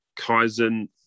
Kaizen